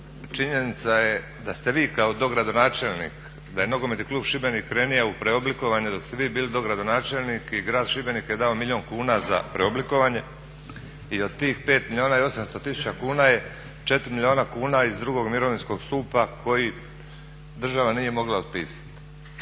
činjenica je da ste vi kao dogradonačelnik, da je Nogometni klub Šibenik krenuo u preoblikovanje dok ste vi bili dogradonačelnik i grad Šibenik je dao milijun kuna za preoblikovanje i od tih 5 milijuna i 800 tisuća kuna je 4 milijuna kuna iz drugog mirovinskog stupa koji država nije mogla otpisati.